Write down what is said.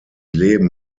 leben